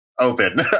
open